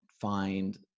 find